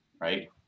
right